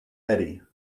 eddie